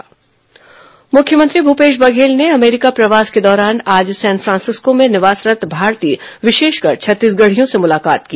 मुख्यमंत्री अमेरिका प्रवास मुख्यमंत्री भूपेश बघेल ने अमेरिका प्रवास के दौरान आज सेन फ्रांसिस्को में निवासरत् भारतीय विशेषकर छत्तीसगढ़ियों से मुलाकात की